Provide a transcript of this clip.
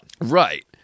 Right